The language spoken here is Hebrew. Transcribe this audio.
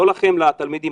לא לכם התלמידים,